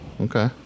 okay